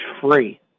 free